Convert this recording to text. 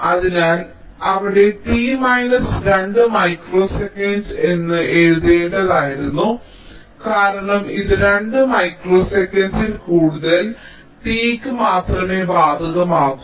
അതിനാൽ ഞാൻ അവിടെ t മൈനസ് 2 മൈക്രോ സെക്കൻഡ് എന്ന് എഴുതേണ്ടതായിരുന്നു കാരണം ഇത് 2 മൈക്രോ സെക്കൻഡിൽ കൂടുതൽ t ക്ക് മാത്രമേ ബാധകമാകൂ